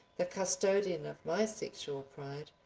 the custodian of my sexual pride,